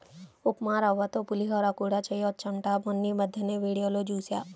ఉప్మారవ్వతో పులిహోర కూడా చెయ్యొచ్చంట మొన్నీమద్దెనే వీడియోలో జూశా